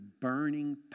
burning